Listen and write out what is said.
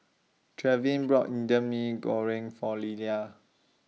Trevin brought Indian Mee Goreng For Lillia